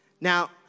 Now